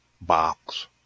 box